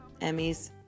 Emmys